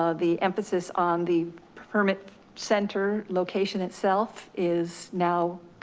ah the emphasis on the permit center location itself is now.